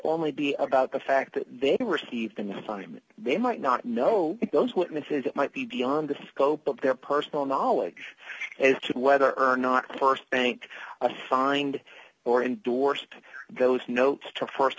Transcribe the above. only be about the fact that they received an assignment they might not know those witnesses might be beyond the scope of their personal knowledge as to whether or not the st bank assigned or endorsed those notes to